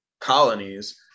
colonies